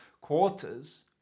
quarters